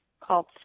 called